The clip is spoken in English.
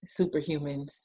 superhumans